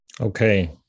Okay